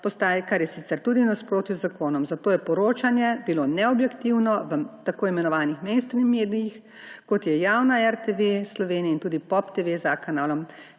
kar je sicer tudi v nasprotju z zakonom, zato je bilo poročanje neobjektivno v tako imenovanih mainstream medijih, kot je javna RTV Slovenija in tudi Pop TV s Kanalom